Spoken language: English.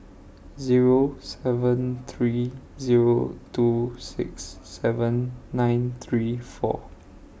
Zero seven three Zero two six seven nine three four